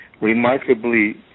remarkably